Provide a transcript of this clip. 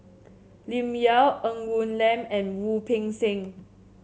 Lim Yau Ng Woon Lam and Wu Peng Seng